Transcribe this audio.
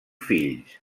fills